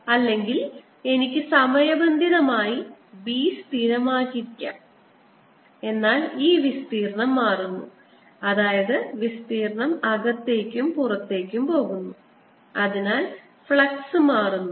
അല്ലെങ്കിൽ എനിക്ക് സമയബന്ധിതമായി B സ്ഥിരമായിരിക്കാം എന്നാൽ ഈ വിസ്തീർണ്ണം മാറുന്നു അതായത് വിസ്തീർണ്ണം അകത്തേക്കും പുറത്തേക്കും പോകുന്നു അതിനാൽ ഫ്ലക്സ് മാറുന്നു